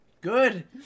Good